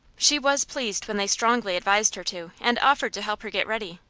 she was pleased when they strongly advised her to, and offered to help her get ready.